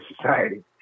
society